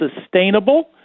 sustainable